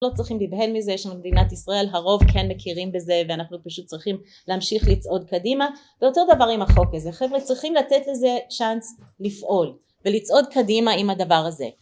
לא צריכים להבהל מזה, יש לנו במדינת ישראל, הרוב כן מכירים בזה, ואנחנו פשוט צריכים להמשיך לצעוד קדימה, ואותו דבר עם החוק הזה, חבר'ה, צריכים לתת לזה צ'אנס לפעול ולצעוד קדימה עם הדבר הזה